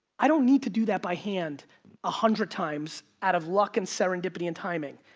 i don't need to do that by hand a hundred times out of luck and serendipity and timing.